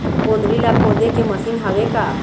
गोंदली ला खोदे के मशीन हावे का?